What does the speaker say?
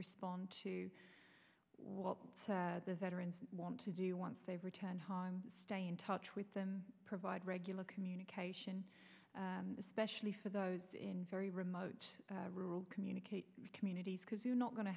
respond to what the veterans want to do once they've returned home stay in touch with them provide regular communication especially for those in very remote rural communicate communities because you're not going to